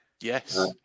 yes